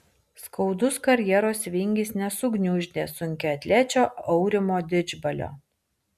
skaudus karjeros vingis nesugniuždė sunkiaatlečio aurimo didžbalio